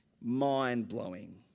mind-blowing